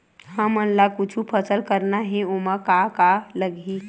हमन ला कुछु फसल करना हे ओमा का का लगही?